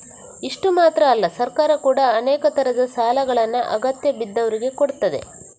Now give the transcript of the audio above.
ಇಷ್ಟು ಮಾತ್ರ ಅಲ್ಲ ಸರ್ಕಾರ ಕೂಡಾ ಅನೇಕ ತರದ ಸಾಲಗಳನ್ನ ಅಗತ್ಯ ಬಿದ್ದವ್ರಿಗೆ ಕೊಡ್ತದೆ